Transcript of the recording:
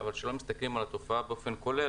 אבל כשלא מסתכלים על התופעה באופן כולל